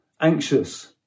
anxious